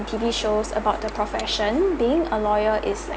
T_V shows about the profession being a lawyer is like